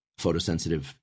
photosensitive